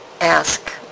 ask